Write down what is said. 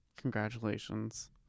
Congratulations